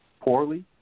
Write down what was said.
poorly